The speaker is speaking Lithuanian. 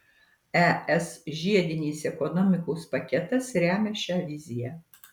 es žiedinės ekonomikos paketas remia šią viziją